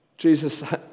Jesus